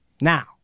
Now